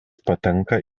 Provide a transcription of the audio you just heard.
patenka